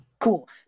Cool